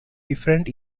different